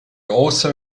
also